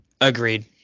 Agreed